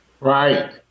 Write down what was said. Right